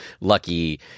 lucky